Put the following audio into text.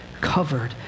covered